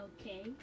Okay